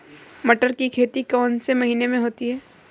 मटर की खेती कौन से महीने में होती है?